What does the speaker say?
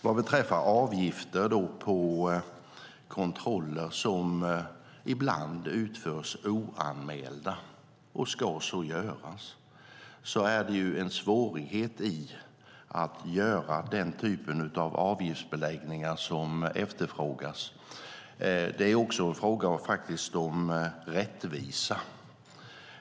Vad beträffar avgifter vid kontroller som ibland utförs oanmälda - och ska så göras - är det en svårighet att göra den typen av avgiftsbeläggningar som efterfrågas. Det är faktiskt också fråga om rättvisa.